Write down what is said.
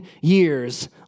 years